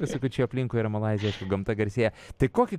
visokių čia aplinkui yra malaizijos gamta garsėja tai kokį